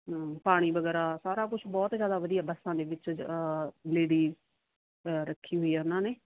ਹਾਂ ਪਾਣੀ ਵਗੈਰਾ ਸਾਰਾ ਕੁਛ ਬਹੁਤ ਜ਼ਿਆਦਾ ਵਧੀਆ ਬੱਸਾਂ ਦੇ ਵਿੱਚ ਲੇਡੀ ਰੱਖੀ ਹੋਈ ਆ ਉਹਨਾਂ ਨੇ